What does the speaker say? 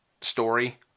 story